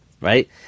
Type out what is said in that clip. right